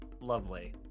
Lovely